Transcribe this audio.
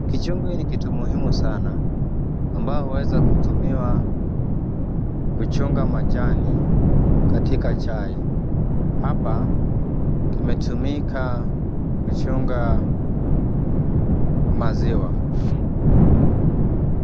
Kichungi ni kitu muhimu sana, ambayo huweza kutumiwa kuchunga majani katika chai. Hapa kinatumika kuchunga maziwa.